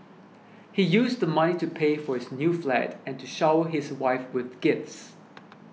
he used the money to pay for his new flat and to shower his wife with gifts